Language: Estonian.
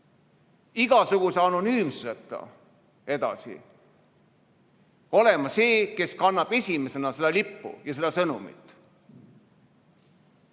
igasuguse anonüümsuseta edasi. Ta peab olema see, kes kannab esimesena seda lippu ja seda sõnumit.